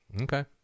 Okay